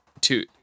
two